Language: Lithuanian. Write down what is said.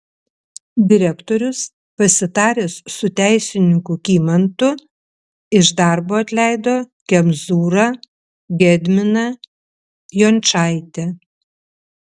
direktorius pasitaręs su teisininku kymantu iš darbo atleido kemzūrą gedminą jončaitę